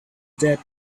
dead